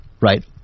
right